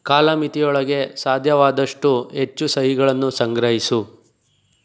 ಕಾಲಮಿತಿಯೊಳಗೆ ಸಾಧ್ಯವಾದಷ್ಟು ಹೆಚ್ಚು ಸಹಿಗಳನ್ನು ಸಂಗ್ರಹಿಸು